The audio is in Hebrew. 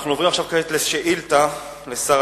אנו עוברים כעת לשאילתא לשר